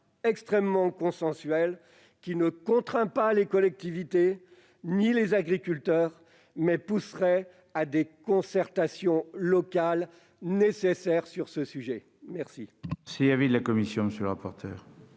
extrêmement consensuel qui ne contraint ni les collectivités ni les agriculteurs, mais incite à des concertations locales, nécessaires, sur ce sujet. Quel